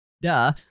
duh